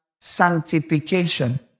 sanctification